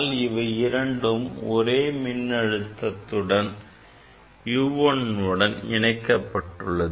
ஆனால் இவை இரண்டும் ஒரே U1 மின் அழுத்தத்துடன் இணைக்கப்பட்டுள்ளது